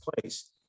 place